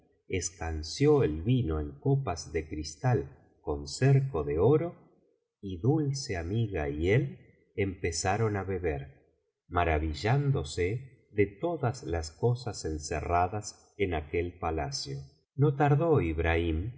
dulce amiga escanció el vino en copas de cristal con cerco de oro y dulce amiga y él empezaron á beber maravillándose de todas las cosas encerradas en aquel palacio no tardó ibrahim